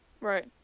Right